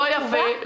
לא יפה.